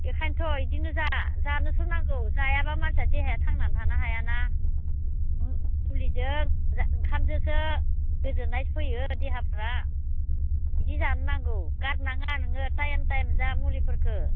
बेखायथ' इदिनो जा जानोसो नांगौ जायाबा मानसिया देहाया थांना थानो हायाना मु मुलिजों ओंखामजोंखो गोजोन्नाय फैयो देहाफ्रा बिदि जानो नांगौ गारनाङा नोङो टाइम टाइम जा मुलिफोरखो